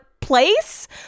place